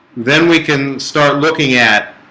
then we can start looking at